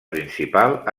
principal